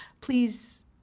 Please